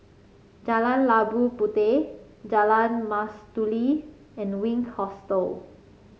Jalan Labu Puteh Jalan Mastuli and Wink Hostel